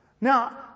Now